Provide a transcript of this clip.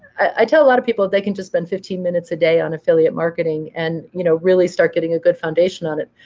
i tell a lot of people they can just spend fifteen minutes a day on affiliate marketing and you know really start getting a good foundation on it.